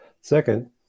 second